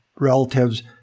Relatives